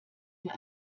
wir